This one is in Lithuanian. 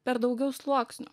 per daugiau sluoksnių